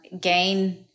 gain